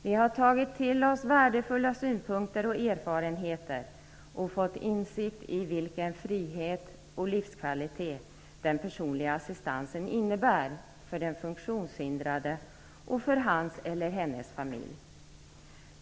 Vi har tagit till oss värdefulla synpunkter och erfarenheter och fått insikt i vilken frihet och livskvalitet den personliga assistansen innebär för den funktionshindrade och för hennes och hans familj.